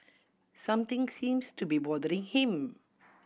something seems to be bothering him